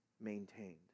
maintained